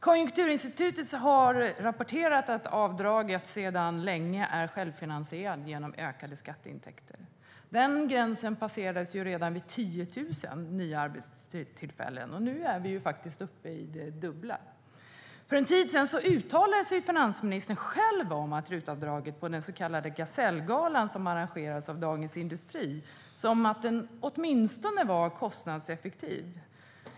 Konjunkturinstitutet har rapporterat att avdraget sedan länge är självfinansierande genom ökade skatteintäkter. Den gränsen passerades redan vid 10 000 nya arbetstillfällen, och nu är vi uppe i det dubbla. För en tid sedan uttalade sig finansministern själv på den så kallade Gasellgalan, som arrangerades av Dagens Industri, om att RUT-avdraget åtminstone var kostnadseffektivt.